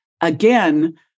again